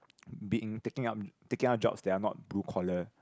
being taking up taking up jobs that are not blue collar